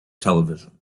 television